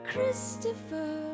Christopher